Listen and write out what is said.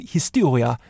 Historia